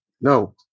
no